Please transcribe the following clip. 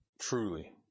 truly